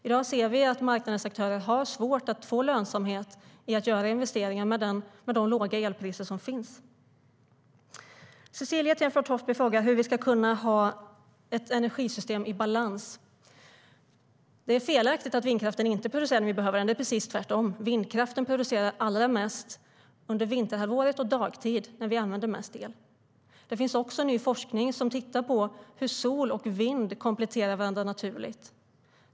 I dag kan vi se att marknadsaktörer har svårt att få lönsamhet i att göra investeringar med de låga elpriser som finns. Cecilie Tenfjord-Toftby frågar hur vi ska kunna ha ett energisystem i balans. Det är felaktigt att vindkraften inte produceras när vi behöver den, det är precis tvärtom. Vindkraften producerar allra mest under vinterhalvåret och under dagtid när vi använder mest el. Det finns också ny forskning om hur sol och vind kompletterar varandra naturligt.